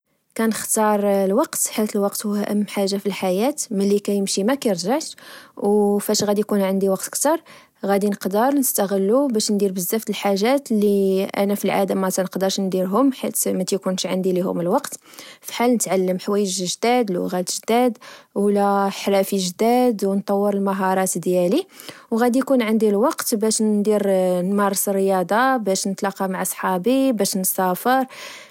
كنختار الوقت، حيث الوقت هو أهم حاجة فالحياة، ملي كيمشي ما كيرجعش. و فاش غدي يكون عندي وقت كتر، غدي نقدر نستغلو باش ندير بزاف الحاجات اللي أنا في العادة متنقدرش نديرهم حيت متكونش عندي ليهم الوقت فحال نتعلم حوايج جداد ، لغات حداد، ولا خرافي جداد ، ونطور المهارات ديالي. وغدي يكون عندي الوقت باش ندير نمارس الرياضة، باش نتلقا مع صحابي، باش نسافر